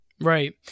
Right